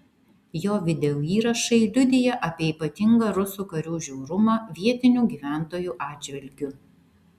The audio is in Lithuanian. jo videoįrašai liudija apie ypatingą rusų karių žiaurumą vietinių gyventojų atžvilgiu